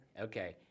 Okay